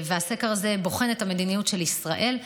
בוחן את המדיניות של ישראל,